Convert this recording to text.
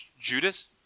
Judas